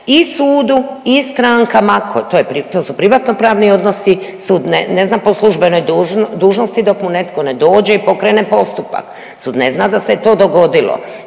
i sudu i strankama, to su privatnopravni odnosi sud ne zna po službenoj dužnosti dok mu netko ne dođe i pokrene postupak, sud ne zna da se je to dogodilo